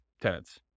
tenants